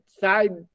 side